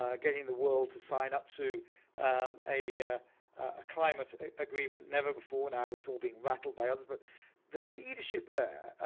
getting the world to sign up to um a ah climate agreement, never before, now it's all being rattle by others but the leadership there,